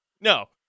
No